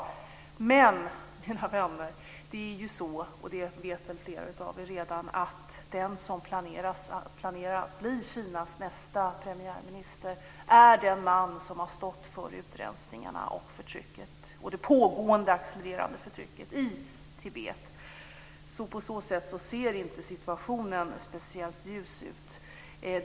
Men, mina vänner, flera av er vet redan att den som planerar att bli Kinas nästa premiärminister är den man som har stått för utrensningarna och det pågående och accelererande förtrycket i Tibet. På så sätt ser inte situationen speciellt ljus ut.